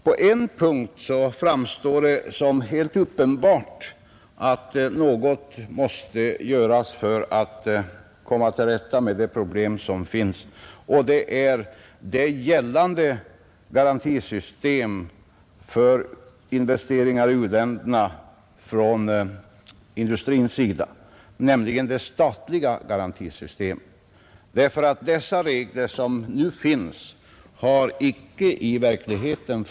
På en punkt framstår det såsom helt uppenbart att något måste göras för att komma till rätta med de problem som finns beträffande det gällande garantisystemet för investeringar i u-länderna från industrins sida, nämligen det statliga garantisystemet. Med de nuvarande reglerna har systemet inte fungerat i verkligheten.